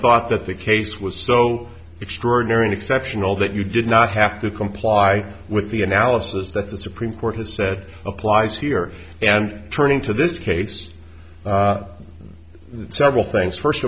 thought that the case was so extraordinary and exceptional that you did not have to comply with the analysis that the supreme court has said applies here and turning to this case several things first